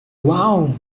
uau